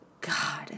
God